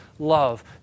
love